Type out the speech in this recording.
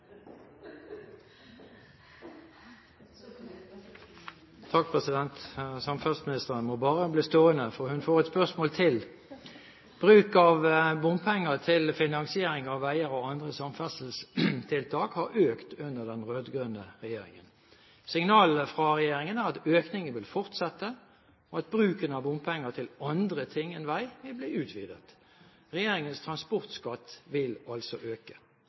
av bompenger til finansiering av veier og andre samferdselstiltak har økt under den rød-grønne regjeringen. Signalene fra regjeringen er at økningen vil fortsette, og at bruken av bompenger til andre ting enn vei vil bli utvidet. Regjeringens transportskatt vil altså øke.